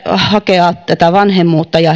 hakea hedelmöityshoitoa ja